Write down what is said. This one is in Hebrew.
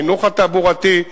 החינוך התעבורתי,